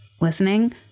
listening